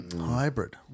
Hybrid